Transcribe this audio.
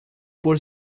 por